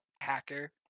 hacker